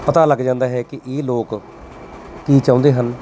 ਪਤਾ ਲੱਗ ਜਾਂਦਾ ਹੈ ਕਿ ਇਹ ਲੋਕ ਕੀ ਚਾਹੁੰਦੇ ਹਨ